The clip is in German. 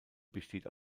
besteht